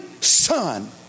son